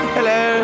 Hello